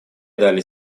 дали